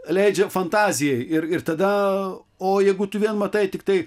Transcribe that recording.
leidžia fantazijai ir ir tada o jeigu tu vien matai tiktai